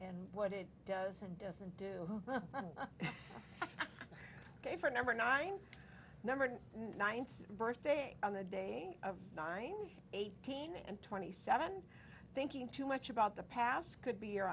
and what it does and doesn't do ok for a number nine numbered ninth birthday on the day of nine eighteen and twenty seven thinking too much about the past could be your